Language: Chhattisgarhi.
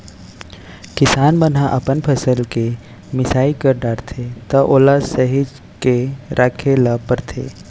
किसान मन ह अपन फसल के मिसाई कर डारथे त ओला सहेज के राखे ल परथे